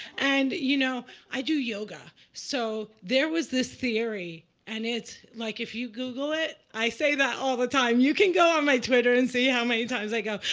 and you know, i do yoga. so there was this theory, and it's like if you google it? i say that all the time. you can go on my twitter and see how many times i go,